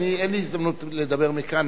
אין לי הזדמנות לדבר מכאן,